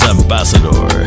Ambassador